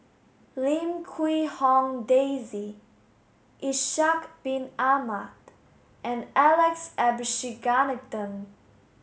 Lim Quee Hong Daisy Ishak bin Ahmad and Alex Abisheganaden